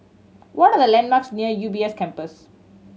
what are the landmarks near U B S Campus